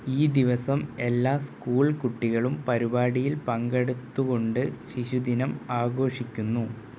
ഈ ദിവസം എല്ലാ സ്കൂൾ കുട്ടികളും പരിപാടിയിൽ പങ്കെടുത്തുകൊണ്ട് ശിശുദിനം ആഘോഷിക്കുന്നു